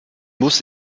muss